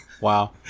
Wow